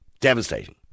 Devastating